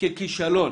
כישלון